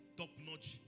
top-notch